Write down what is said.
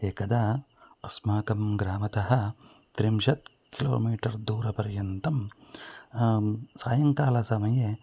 एकदा अस्माकं ग्रामतः त्रिंशत् किलोमीटर् दूरपर्यन्तं सायङ्कालसमये